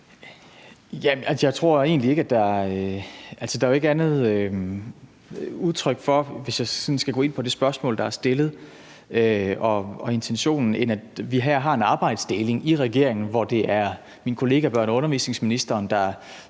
Jeg tror egentlig ikke, at det er udtryk for andet, hvis jeg sådan skal gå ind på det spørgsmål, der er stillet, og intentionen, end at vi her har en arbejdsdeling i regeringen, hvor det er min kollega børne og undervisningsministeren, der